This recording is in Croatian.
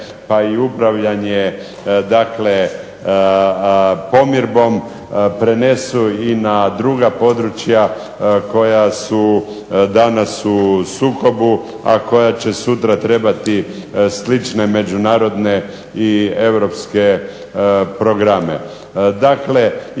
pa i upravljanje dakle pomirbom prenesu i na druga područja koja su danas u sukobu, a koja će sutra trebati slične međunarodne i europske programe.